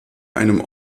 einem